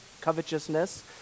covetousness